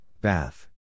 bath